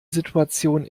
situation